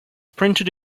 printed